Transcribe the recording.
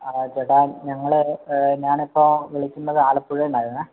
ആ ചേട്ടാ ഞങ്ങൾ ഞാൻ ഇപ്പോൾ വിളിക്കുന്നത് ആലപ്പുഴയിൽനിന്നായിരുന്നെ